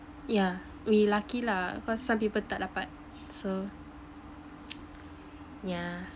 yeah we lucky lah cause some people tak dapat so yeah